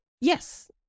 Yes